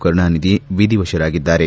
Karunanidhi ವಿಧಿವಶರಾಗಿದ್ದಾರೆ